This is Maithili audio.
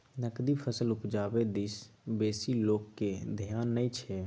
नकदी फसल उपजाबै दिस बेसी लोकक धेआन नहि छै